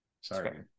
Sorry